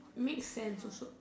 make sense also